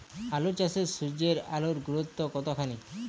আলু চাষে সূর্যের আলোর গুরুত্ব কতখানি?